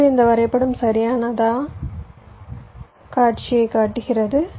இப்போது இந்த வரைபடம் சரியான காட்சியைக் காட்டுகிறது